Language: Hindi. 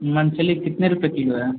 मंथली कितने रुपये किलो है